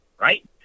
right